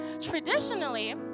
traditionally